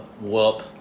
whoop